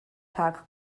tag